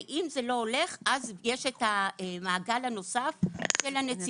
ואם זה לא הולך, אז יש את המעגל הנוסף של הנציבות.